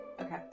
okay